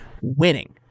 winning